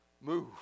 move